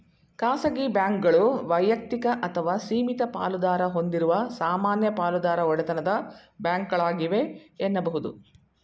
ಖಾಸಗಿ ಬ್ಯಾಂಕ್ಗಳು ವೈಯಕ್ತಿಕ ಅಥವಾ ಸೀಮಿತ ಪಾಲುದಾರ ಹೊಂದಿರುವ ಸಾಮಾನ್ಯ ಪಾಲುದಾರ ಒಡೆತನದ ಬ್ಯಾಂಕ್ಗಳಾಗಿವೆ ಎನ್ನುಬಹುದು